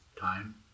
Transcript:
time